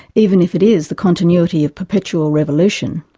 even if it is the continuity of perpetual revolution,